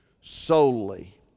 solely